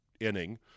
inning